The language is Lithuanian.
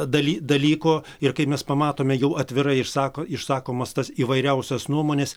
daly dalyko ir kai mes pamatome jau atvirai išsako išsakomas tas įvairiausias nuomones